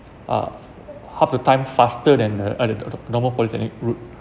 uh half the time faster than a earlier than the normal polytechnic route